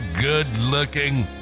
good-looking